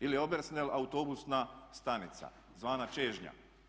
Ili Obersnel autobusna stanica zvana čežnja.